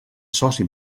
soci